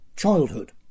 childhood